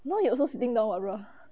now you also sitting down [what] bro